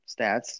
stats